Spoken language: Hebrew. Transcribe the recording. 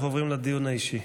אנחנו עוברים לדיון האישי.